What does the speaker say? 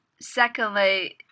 Secondly